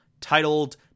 titled